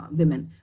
women